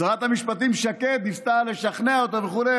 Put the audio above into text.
שרת המשפטים שקד ניסתה לשכנע אותו וכו',